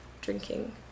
drinking